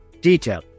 Detail